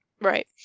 Right